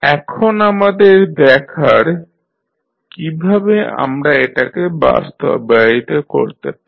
এখন আমাদের দেখার কীভাবে আমরা এটাকে বাস্তবায়িত করতে পারি